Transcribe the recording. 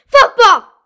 Football